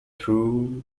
through